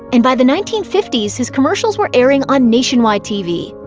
and by the nineteen fifty s his commercials were airing on nationwide tv.